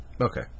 Okay